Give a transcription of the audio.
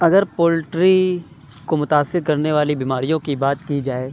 اگر پولٹری کو متأثر کرنے والی بیماریوں کی بات کی جائے